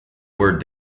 were